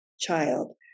child